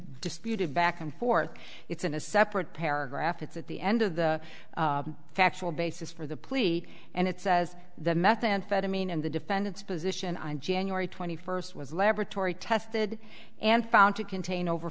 disputed back and forth it's in a separate paragraph it's at the end of the factual basis for the plea and it says the methamphetamine and the defendant's position on january twenty first was laboratory tested and found to contain over